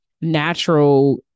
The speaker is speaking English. natural